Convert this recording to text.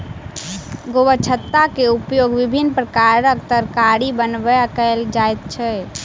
गोबरछत्ता के उपयोग विभिन्न प्रकारक तरकारी बनबय कयल जाइत अछि